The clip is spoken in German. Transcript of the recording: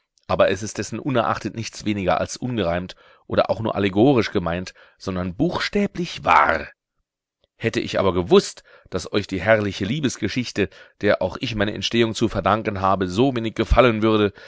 aber es ist dessen unerachtet nichts weniger als ungereimt oder auch nur allegorisch gemeint sondern buchstäblich wahr hätte ich aber gewußt daß euch die herrliche liebesgeschichte der auch ich meine entstehung zu verdanken habe so wenig gefallen würde